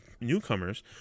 newcomers